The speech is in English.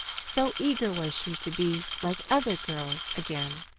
so eager was she to be like other girls again,